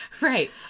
Right